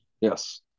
Yes